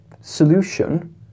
solution